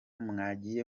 mwagiye